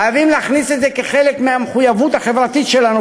חייבים להכניס את זה כחלק מהמחויבות החברתית שלנו,